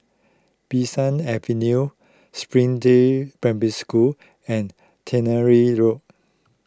Bee San Avenue Springdale Primary School and Tannery Road